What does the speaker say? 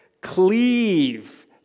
Cleave